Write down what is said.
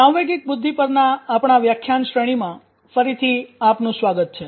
સાંવેગિક બુદ્ધિ પરના આપણા વ્યાખ્યાન શ્રેણીમાં ફરીથી આપનું સ્વાગત છે